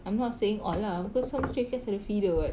I'm not saying all lah because some stray cats ada feeder [what]